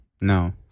No